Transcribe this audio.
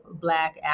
Black